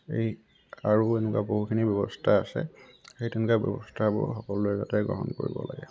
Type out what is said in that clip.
এই আৰু এনেকুৱা বহুখিনি ব্যৱস্থা আছে সেই তেনেকুৱা ব্যৱস্থাবোৰ সকলোৱে যাতে গ্ৰহণ কৰিব লাগে